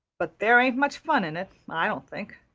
but there ain't much fun in it i don't think.